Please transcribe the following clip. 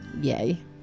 Yay